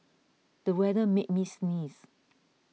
the weather made me sneeze